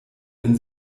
wenn